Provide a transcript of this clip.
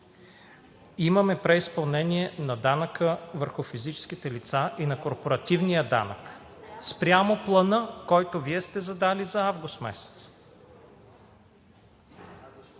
имаме преизпълнение на данъка върху физическите лица и на корпоративния данък спрямо Плана, който Вие сте задали за месец